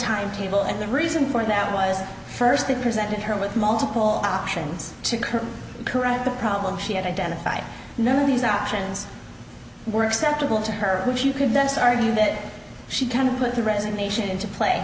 timetable and the reason for that was first they presented her with multiple options to current correct the problem she had identified none of these options were acceptable to her which you could just argue that she kind of put the resignation into play